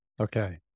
Okay